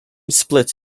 splits